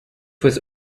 was